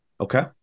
Okay